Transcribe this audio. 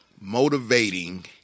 motivating